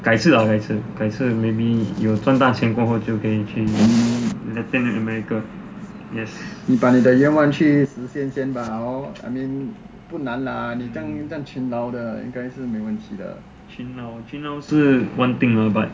改次啊改次改次 maybe you 赚大钱过后就可以去 latin america yes 勤劳勤劳是 one thing ah but